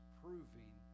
proving